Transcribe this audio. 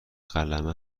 قلمه